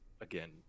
again